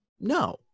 No